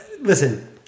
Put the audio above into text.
listen